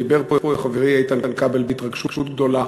דיבר פה חברי איתן כבל בהתרגשות גדולה